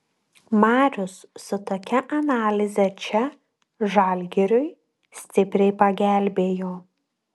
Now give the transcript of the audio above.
marius su tokia analize čia žalgiriui stipriai pagelbėjo